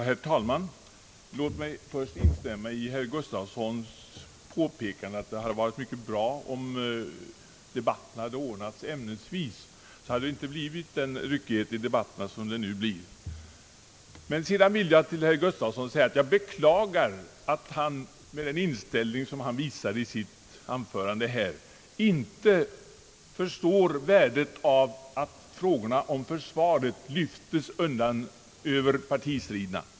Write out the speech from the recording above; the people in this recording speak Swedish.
Herr talman! Låt mig först instämma i herr Gustavssons påpekande att det hade varit mycket bra, om debatten hade ordnats ämnesvis. Då hade det inte blivit den ryckighet i ämnesvalet som det nu blir. Till herr Gustavsson vill jag också säga att jag beklagar att han med den inställning som han visat i sitt anförande inte tycks förstå värdet av att frågorna om försvaret lyfts över partistriderna.